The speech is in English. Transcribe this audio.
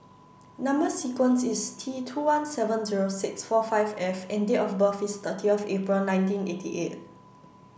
number sequence is T two one seven zero six four five F and date of birth is thirty of April nineteen eighty eight